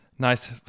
Nice